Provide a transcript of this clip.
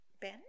Ben